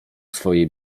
swojej